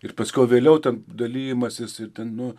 ir paskiau vėliau ten dalijimasis ir ten nu